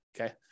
Okay